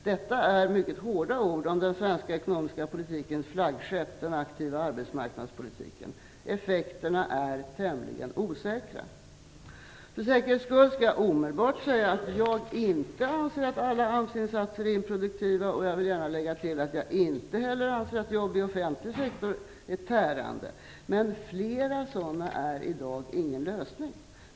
Detta är mycket hårda ord om den svenska ekonomiska politikens flaggskepp, den aktiva arbetsmarknadspolitiken. Effekterna är "tämligen osäkra". För säkerhets skull skall jag omedelbart säga att jag inte anser att alla AMS-insatser är improduktiva, och jag vill gärna lägga till att jag inte heller anser att jobb inom den offentliga sektorn är tärande, men att satsa på mer av detta är i dag ingen lösning.